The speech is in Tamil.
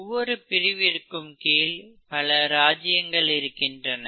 ஒவ்வொரு பிரிவிற்கும் கீழ் பல ராஜியங்கள் இருக்கின்றன